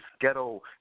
ghetto